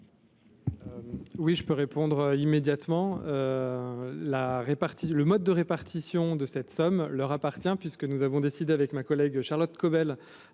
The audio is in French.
Oui, je peux répondre immédiatement la le mode de répartition de cette somme leur appartient, puisque nous avons décidé avec ma collègue, Charlotte Caubel